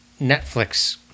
Netflix